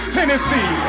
Tennessee